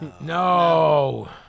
No